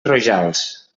rojals